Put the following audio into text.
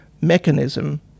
mechanism